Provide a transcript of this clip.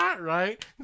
right